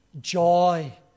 joy